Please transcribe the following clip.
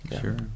Sure